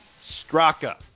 Straka